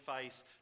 face